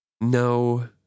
no